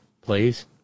Please